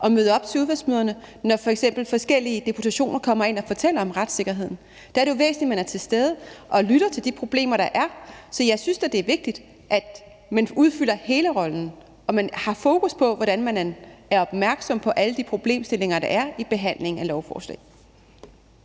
og møde op til udvalgsmøder, når f.eks. forskellige deputationer kommer ind og fortæller om retssikkerheden. Der er det jo væsentligt, at man er til stede og lytter til de problemer, der bliver fremført. Så jeg synes da, det er vigtigt, at man udfylder hele rollen, og at man har fokus på at være opmærksom på alle de problemstillinger, der er i behandlingen af lovforslag.